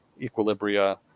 equilibria